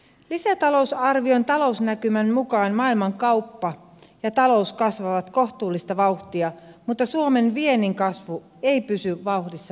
lisätalousarvion talousnäkymän mukaan maailmankauppa ja talous kasvavat kohtuullista vauhtia mutta suomen viennin kasvu ei pysy vauhdissa mukana